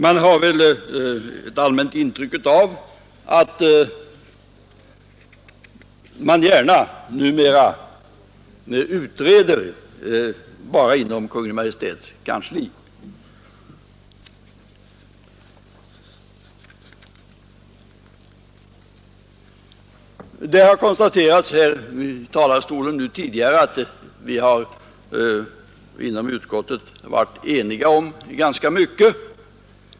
Man har väl ett allmänt intryck av att det numera gärna utreds bara inom Kungl. Maj:ts kansli. Det har tidigare konstaterats från denna talarstol att vi inom utskottet har varit eniga om ganska mycket.